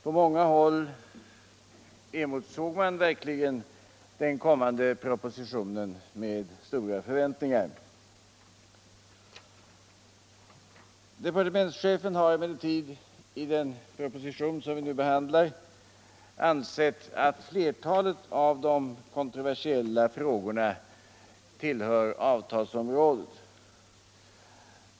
På många håll emotsåg man verkligen den kommande propositionen med stora förväntningar. Departementschefen har emellertid i den proposition som vi nu behandlar ansett att flertalet av de kontroversiella frågorna tillhör avtalsområdet.